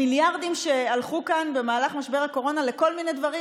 המיליארדים שהלכו כאן במהלך משבר הקורונה לכל מיני דברים,